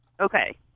Okay